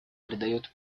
придает